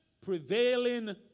prevailing